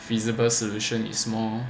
feasible solution is more